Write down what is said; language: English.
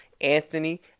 Anthony